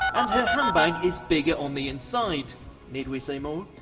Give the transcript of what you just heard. and her handbag is bigger on the inside need we say more?